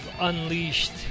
Unleashed